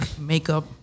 makeup